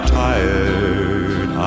tired